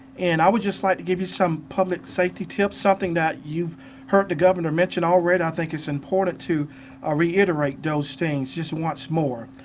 and i would just like to give you some public safety tips, something that you've heard the governor mentioned already. i think it's important to ah reiterate those things once more.